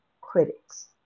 critics